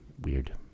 weird